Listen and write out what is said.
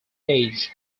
age